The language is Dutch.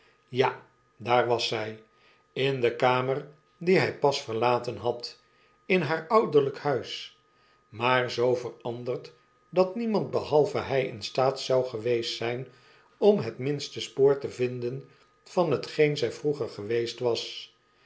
ja daar was zy in de kamer die hy pas verlaten had in haar ouderlyk huis maar zoo veranderd dat niemand behalve hjj in staat zou geweest zyn om het minste spoor te vinden van hetgeen zy vroeger geweest was